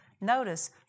Notice